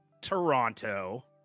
Toronto